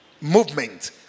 movement